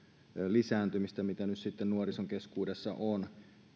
lisääntymistä jota nyt nuorison keskuudessa on